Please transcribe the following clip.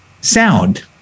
Sound